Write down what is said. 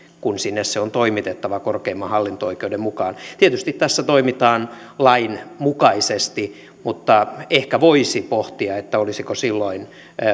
kun sinne se on toimitettava korkeimman hallinto oikeuden mukaan tietysti tässä toimitaan lain mukaisesti mutta ehkä voisi pohtia olisiko silloin